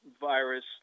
virus